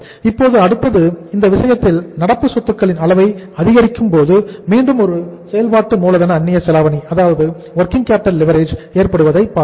இப்போது அடுத்தது இந்த விஷயத்தில் நடப்பு சொத்துக்களின் அளவை அதிகரிக்கும் போது மீண்டும் ஒரு செயல்பாடு மூலதன அந்நியச்செலாவணி ஏற்படுவதை பார்த்தோம்